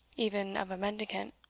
even of a mendicant.